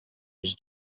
his